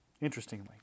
Interestingly